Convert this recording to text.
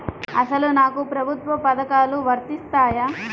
అసలు నాకు ప్రభుత్వ పథకాలు వర్తిస్తాయా?